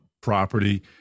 property